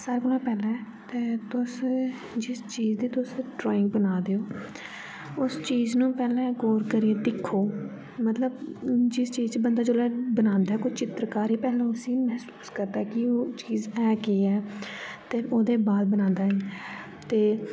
सारें कोला पैह्लै ते तुस जिस चीज दी तुस ड़्रांईग बना दे ओ उस चीज नूं पैह्लै गौर करियै दिक्खो मतलब जिस चीज बंदा जेल्लै बनांदा ऐ कोई चित्रकारी पैह्लै उसी मसूस करदा ऐ कि ओह् चीज ऐ केह् ऐ ते ओह्दे बाद बनांदा ऐ ते